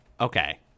Okay